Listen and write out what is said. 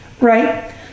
right